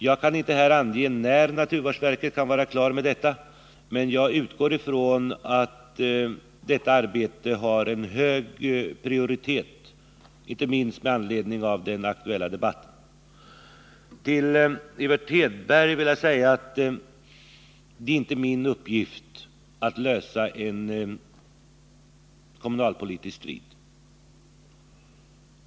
Jag kan inte här ange när naturvårdsverket kan vara klart med detta arbete, men jag utgår ifrån att det har en hög prioritet, inte minst med anledning av den aktuella debatten. Till Evert Hedberg vill jag säga att det är inte min uppgift att avgöra en kommunalpolitisk strid.